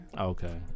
okay